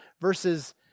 versus